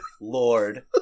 lord